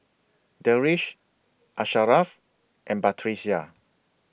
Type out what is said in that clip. Deris Asharaff and Batrisya